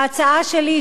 ההצעה שלי,